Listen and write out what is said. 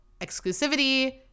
exclusivity